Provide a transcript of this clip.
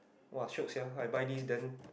!wah! shiok sia I buy this then